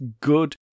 good